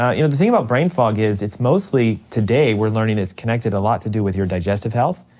ah you know, the thing about brain fog is it's mostly today we're learning it's connected a lot to do with your digestive health,